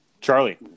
Charlie